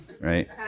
right